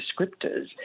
descriptors